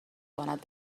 کند